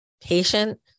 patient